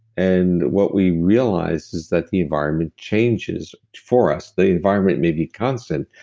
and what we realize is that, the environment changes for us. the environment may be constant,